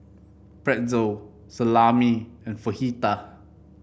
Pretzel Salami and Fajitas